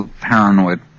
paranoid